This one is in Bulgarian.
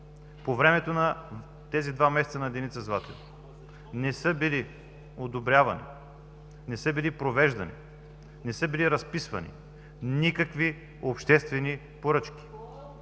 по времето на тези два месеца на Деница Златева не са били одобрявани, не са били провеждани, не са били разписвани никакви обществени поръчки.